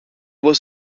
was